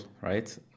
right